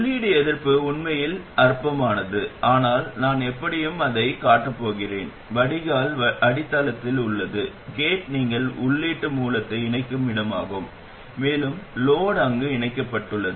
உள்ளீடு எதிர்ப்பு உண்மையில் அற்பமானது ஆனால் நான் எப்படியும் அதைக் காட்டப் போகிறேன் வடிகால் அடித்தளத்தில் உள்ளது கேட் நீங்கள் உள்ளீட்டு மூலத்தை இணைக்கும் இடமாகும் மேலும் லோட் அங்கு இணைக்கப்பட்டுள்ளது